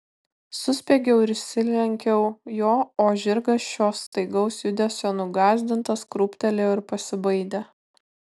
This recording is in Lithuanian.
suspiegiau ir išsilenkiau jo o žirgas šio staigaus judesio nugąsdintas krūptelėjo ir pasibaidė